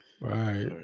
right